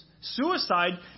suicide